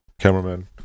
cameraman